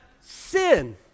sin